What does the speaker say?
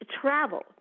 travel